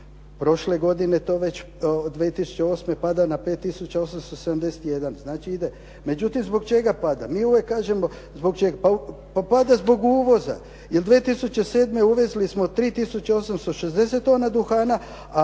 Prošle godine to već 2008. pada na 5 tisuća 871. Znači ide. Međutim zbog čega pada? Mi uvijek kažemo zbog čega. Pa pada zbog uvoza. Jer 2007. uvezli smo 3 tisuće 860 tona duhana,